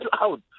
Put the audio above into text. out